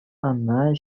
ӑна